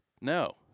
no